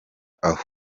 aho